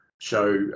show